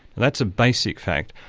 that's a basic fact,